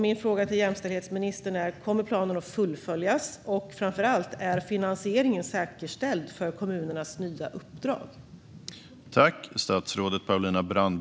Min fråga till jämställdhetsministern är: Kommer planen att fullföljas och, framför allt, är finansieringen av kommunernas nya uppdrag säkerställd?